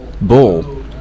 Bull